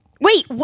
Wait